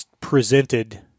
presented –